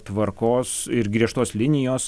tvarkos ir griežtos linijos